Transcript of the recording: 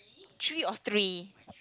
tree or three